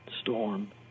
storm